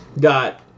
got